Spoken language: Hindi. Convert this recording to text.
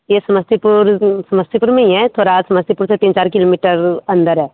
ये समस्तीपुर समस्तीपुर में ही है थोड़ा समस्तीपुर से तीन चार किलोमीटर अंदर है